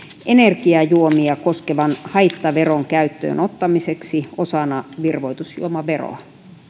energiajuomia koskevan haittaveron käyttöönottamiseksi osana virvoitusjuomaveroa